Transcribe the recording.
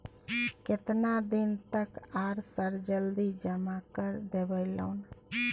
केतना दिन तक आर सर जल्दी जमा कर देबै लोन?